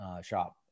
shop